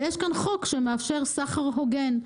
ויש כאן חוק שמאפשר סחר הוגן.